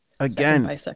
Again